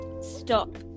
stop